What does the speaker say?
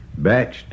batched